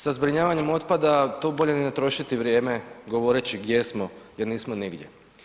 Sa zbrinjavanjem otpada tu bolje ni trošiti vrijeme govoreći gdje smo, jer nismo nigdje.